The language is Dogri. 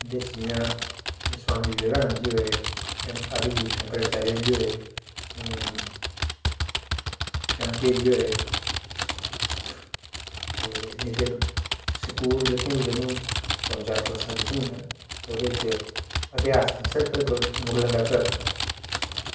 दस्सी आं जि'यां स्वामी विवेकानंद जी आए आदिगुरू शंकराचार्य जी होए चाणक्य जी होए ते स्कूल जेह्के न जदूं तीन चार क्लासां जेह्कियां ऐहियां ते एह्दे च इतिहास दियां सिर्फ इक्क जदूं तक्क